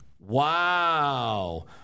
Wow